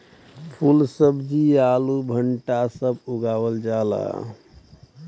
फूल सब्जी आलू भंटा सब उगावल जाला